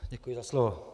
Děkuji za slovo.